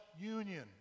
union